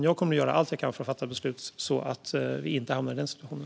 Jag kommer att göra allt jag kan för att fatta beslut så att vi inte hamnar i den situationen.